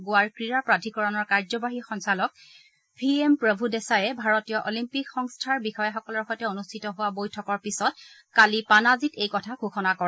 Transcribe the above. গোৱাৰ ক্ৰীড়া প্ৰাধিকৰণৰ কাৰ্যবাহী সঞ্চালক ভি এম প্ৰভু দেশাইয়ে ভাৰতীয় অলিম্পিক সংস্থাৰ বিষয়াসকলৰ সৈতে অনুষ্ঠিত হোৱা বৈঠকৰ পিছত কালি পানাজীত এই কথা ঘোষণা কৰে